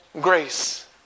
Grace